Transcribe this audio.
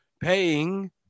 paying